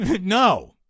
No